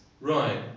Right